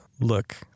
look